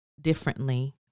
differently